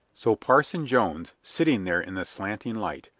so parson jones, sitting there in the slanting light,